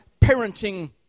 parenting